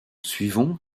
suivant